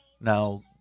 Now